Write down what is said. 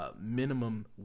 minimum